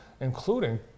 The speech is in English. including